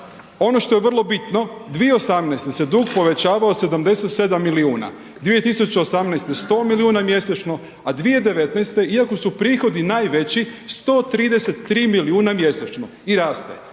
Ono što je vrlo bitno 2018. se dug povećavao 77 milijuna, 2018. 100 milijuna mjesečno a 2019. iako su prihodi najveći 133 milijuna mjesečno i raste.